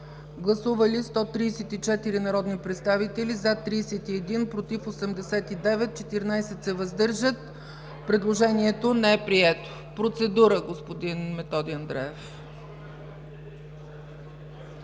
Гласували 134 народни представители: за 31, против 89, въздържали се 14. Предложението не е прието. Процедура – господин Методи Андреев.